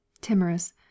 Timorous